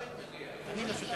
אני תמיד מגיע.